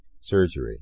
Surgery